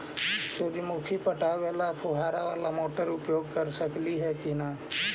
सुरजमुखी पटावे ल फुबारा बाला मोटर उपयोग कर सकली हे की न?